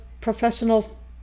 professional